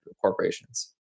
corporations